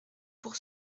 pour